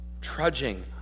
trudging